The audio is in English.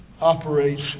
operates